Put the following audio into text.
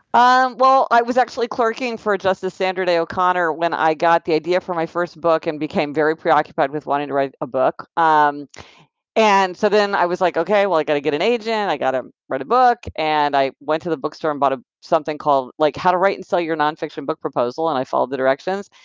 um i was actually clerking for justice sandra day o'connor when i got the idea for my first book and became very preoccupied with wanting to write a book, um and so then i was like, okay, i got to get an agent. i got to write a book, and i went to the bookstore and bought ah something called like how to write and sell your nonfiction book proposal and i followed the directions,